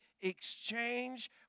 exchange